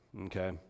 okay